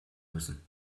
müssen